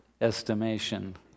estimation